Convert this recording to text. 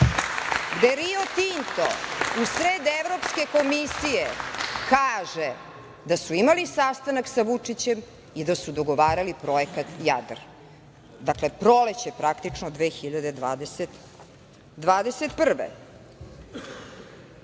gde „Rio Tinto“ usred Evropske komisije kaže da su imali sastanak sa Vučićem i da su dogovarali Projekat „Jadar“. Dakle, proleće praktično 2021.